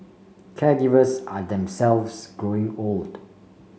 caregivers are themselves growing old